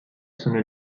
sono